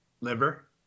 liver